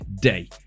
day